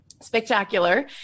Spectacular